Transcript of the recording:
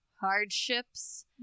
hardships